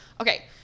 Okay